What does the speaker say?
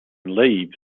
leaves